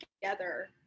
together